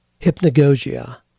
hypnagogia